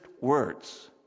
words